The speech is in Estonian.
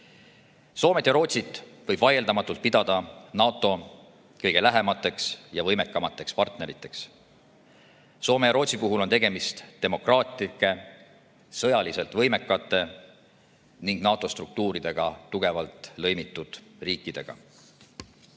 Soomet ja Rootsit võib vaieldamatult pidada NATO kõige lähemateks ja võimekamateks partneriteks. Soome ja Rootsi puhul on tegemist demokraatlike, sõjaliselt võimekate ning NATO struktuuridega tugevalt lõimitud riikidega.